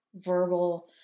verbal